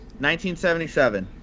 1977